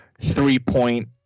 three-point